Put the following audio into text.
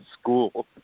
school